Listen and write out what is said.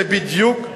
זה בדיוק,